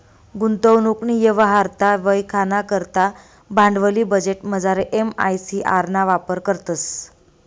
गुंतवणूकनी यवहार्यता वयखाना करता भांडवली बजेटमझार एम.आय.सी.आर ना वापर करतंस